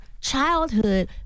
childhood